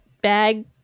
bag